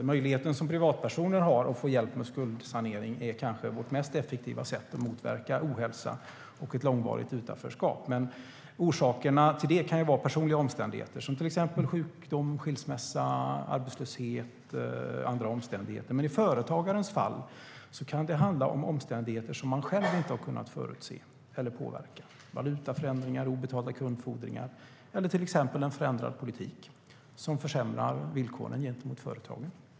Den möjlighet som privatpersoner har att få hjälp med skuldsanering är kanske vårt mest effektiva sätt att motverka ohälsa och långvarigt utanförskap. Orsakerna till det kan vara personliga omständigheter som sjukdom, skilsmässa och arbetslöshet. Men i företagarens fall kan det handla om omständigheter som man själv inte har kunnat förutse eller påverka. Det kan vara valutaförändringar, obetalda kundfordringar eller till exempel en förändrad politik som försämrar villkoren gentemot företagen.